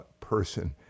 person